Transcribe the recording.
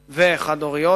וחד-הוריות,